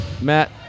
Matt